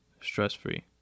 stress-free